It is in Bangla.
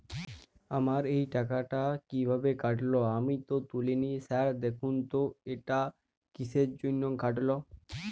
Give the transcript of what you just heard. আমার এই টাকাটা কীভাবে কাটল আমি তো তুলিনি স্যার দেখুন তো এটা কিসের জন্য কাটল?